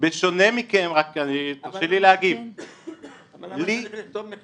בשונה מכם --- אבל למה צריך לכתוב מכתב?